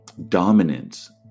dominance